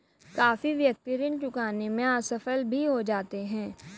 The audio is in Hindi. काफी व्यक्ति ऋण चुकाने में असफल भी हो जाते हैं